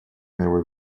мировой